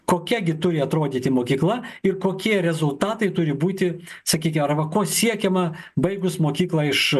kokia gi turi atrodyti mokykla ir kokie rezultatai turi būti sakyki arba ko siekiama baigus mokyklą iš